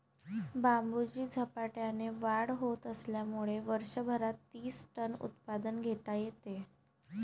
बांबूची झपाट्याने वाढ होत असल्यामुळे वर्षभरात तीस टन उत्पादन घेता येते